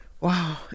Wow